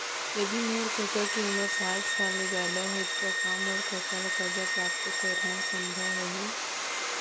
यदि मोर कका के उमर साठ साल ले जादा हे त का मोर कका ला कर्जा प्राप्त करना संभव होही